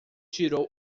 tirou